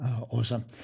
Awesome